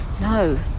no